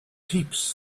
heaps